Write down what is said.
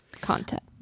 content